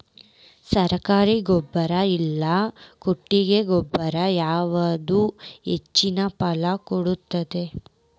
ಸರ್ಕಾರಿ ಗೊಬ್ಬರ ಇಲ್ಲಾ ಕೊಟ್ಟಿಗೆ ಗೊಬ್ಬರ ಯಾವುದು ಹೆಚ್ಚಿನ ಫಸಲ್ ಕೊಡತೈತಿ?